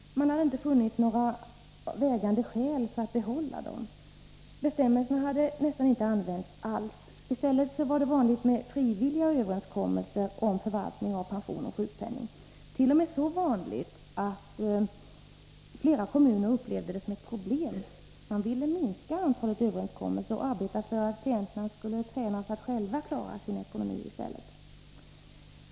Man hade inte funnit några vägande skäl för att behålla dem. Bestämmelserna hade nästan inte använts alls. I stället var det vanligt med frivilliga överenskommelser om förvaltning av pension och sjukpenning. Det vart.o.m. så vanligt att flera kommuner upplevde det som ett problem. Man ville minska antalet överenskommelser och arbeta för att klienterna skulle tränas att själva klara sin ekonomi.